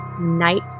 Night